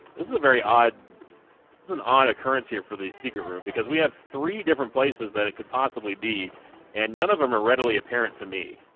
this is a very odd it's an odd occurrence here for the secret room because we have three different places that it could possibly be and none of them are readily apparent to me